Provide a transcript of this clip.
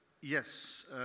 yes